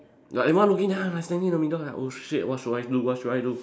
ya everyone looking then I like standing in the middle like oh shit what should I do what should I do